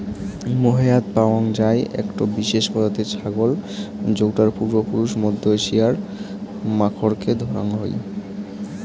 মোহেয়াৎ পাওয়াং যাই একটো বিশেষ প্রজাতির ছাগল যৌটার পূর্বপুরুষ মধ্য এশিয়ার মাখরকে ধরাং হই